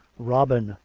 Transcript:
robin,